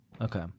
Okay